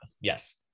yes